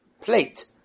plate